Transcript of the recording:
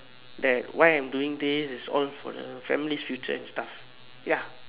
that why I'm doing this is all for the family's future and stuff ya